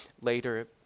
later